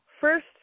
first